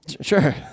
Sure